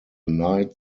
night